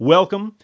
Welcome